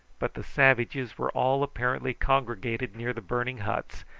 but the savages were all apparently congregated near the burning huts,